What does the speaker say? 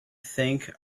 think